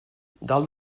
dalt